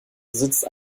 besitzt